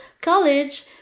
college